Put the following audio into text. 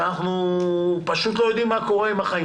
כשאנחנו פשוט לא יודעים מה קורה עם החיים